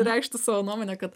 reikšti savo nuomonę kad